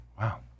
Wow